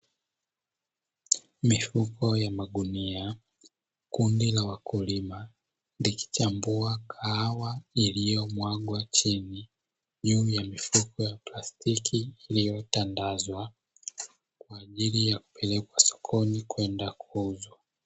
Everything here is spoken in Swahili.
Mifuko ya magunia, kundi la wakulima likichambua kahawa iliyomwagwa chini juu ya mifuko ya plastiki iliyotandazwa, kwa ajili ya kupelekwa sokoni kwenda kuuzwa.